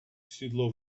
сідло